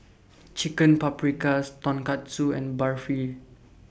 Chicken Paprikas Tonkatsu and Barfi